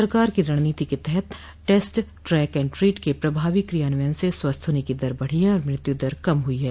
सरकार की रणनीति के तहत टेस्ट ट्रैक एंड ट्रीट के प्रभावी क्रियान्वयन से स्वस्थ होने की दर बढी है और मृत्युदर कम हुई है